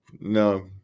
No